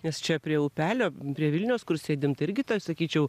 nes čia prie upelio prie vilnios kur sėdime tai irgi sakyčiau